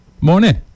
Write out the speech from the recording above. Morning